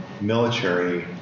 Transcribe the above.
military